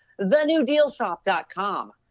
TheNewDealShop.com